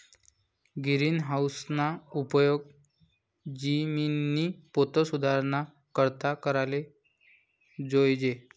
गिरीनहाऊसना उपेग जिमिननी पोत सुधाराना करता कराले जोयजे